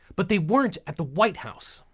but they weren't at the white house.